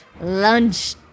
lunch